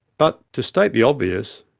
but to state the obvious,